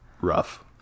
rough